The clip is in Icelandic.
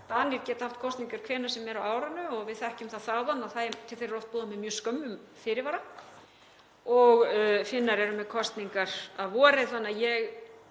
Danir geta haft kosningar hvenær sem er á árinu og við þekkjum það þaðan að til þeirra er oft boðað með mjög skömmum fyrirvara. Finnar eru með kosningar að vori. Þannig að ég